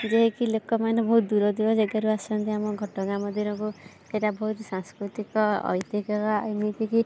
ଯାହାକି ଲୋକମାନେ ବହୁତ ଦୂର ଦୂର ଜାଗାରୁ ଆସନ୍ତି ଆମ ଘଟଗାଁ ମନ୍ଦିରକୁ ଏଇଟା ବହୁତ ସାଂସ୍କୃତିକ ଏମିତିକି ଆମ